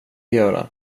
göra